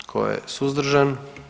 Tko je suzdržan?